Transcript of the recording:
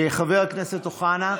חבר הכנסת אוחנה,